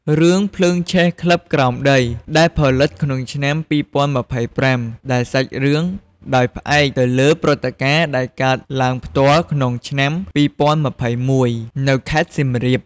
រឿង ភ្លើងឆេះក្លឹបក្រោមដី ដែលផលិតក្នុងឆ្នាំ ២០២៥ ដែលសាច់រឿងដោយផ្អែកទៅលើព្រឹត្តិការណ៍ដែលកើតឡើងផ្ទាល់ក្នុងឆ្នាំ ២០២១ នៅខេត្តសៀមរាប។